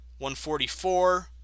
144